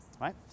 right